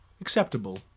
acceptable